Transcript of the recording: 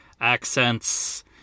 accents